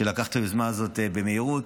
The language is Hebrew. שלקח את היוזמה הזאת במהירות,